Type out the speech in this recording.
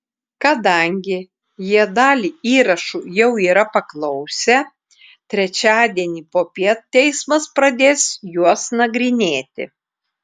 kadangi jie dalį įrašų jau yra paklausę trečiadienį popiet teismas pradės juos nagrinėti